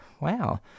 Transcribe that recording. Wow